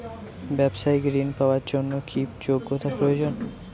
ব্যবসায়িক ঋণ পাওয়ার জন্যে কি যোগ্যতা প্রয়োজন?